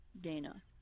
Dana